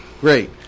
Great